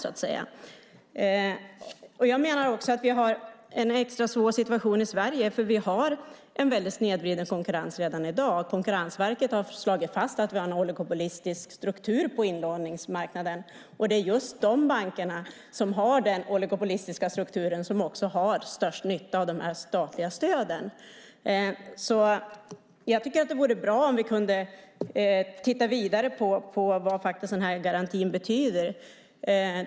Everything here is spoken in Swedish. Jag menar också att vi har en extra svår situation i Sverige, för vi har en väldigt snedvriden konkurrens redan i dag. Konkurrensverket har slagit fast att vi har en oligopolistisk struktur på inlåningsmarknaden. Det är just de banker som har den oligopolistiska strukturen som också har störst nytta av de statliga stöden. Det vore bra om vi kunde titta vidare på vad den här implicita garantin betyder.